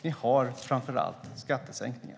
Ni har framför allt skattesänkningar.